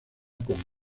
con